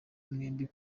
mwembi